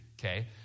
okay